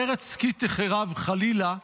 ארץ כי תחרב, חלילה,